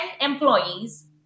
employees